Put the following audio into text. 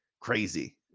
crazy